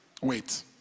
wait